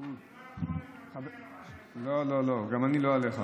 אני לא יכול לוותר, לא לא לא, גם אני לא עליך.